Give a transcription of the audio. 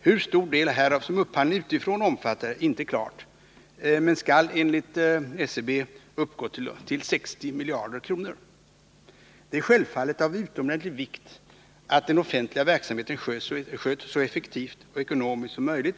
Hur stor del härav som upphandlingen utifrån omfattar är inte klart, men den skall enligt SCB uppgå till 60 miljarder kronor. Det är självfallet av utomordentlig vikt att den offentliga verksamheten sköts så effektivt och ekonomiskt som möjligt.